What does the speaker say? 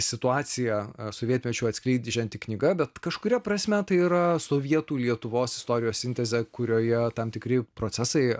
situaciją sovietmečiu atskleidžianti knyga bet kažkuria prasme tai yra sovietų lietuvos istorijos sintezė kurioje tam tikri procesai